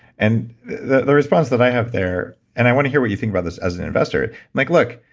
and the response that i have there, and i wanna hear what you think about this as an investor, like, look,